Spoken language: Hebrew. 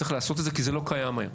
צריך לעשות את זה כי זה לא קיים היום.